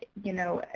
you know,